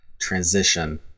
transition